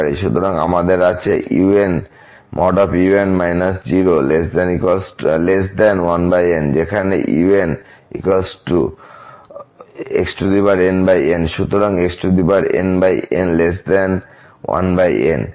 সুতরাং আমাদের আছে un 01n যেখানে unxnn সুতরাং xnn1n